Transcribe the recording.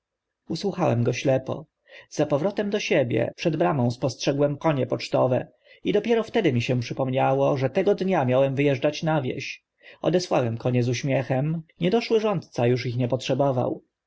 usłuchałem go ślepo za powrotem do siebie przed bramą spostrzegłem konie pocztowe i dopiero wtedy mi się przypomniało że tego dnia miałem wy eżdżać na wieś odesłałem konie z uśmiechem niedoszły rządca uż ich nie potrzebował